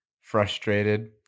frustrated